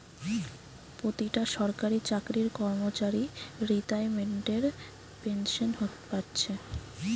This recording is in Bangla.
পোতিটা সরকারি চাকরির কর্মচারী রিতাইমেন্টের পেনশেন পাচ্ছে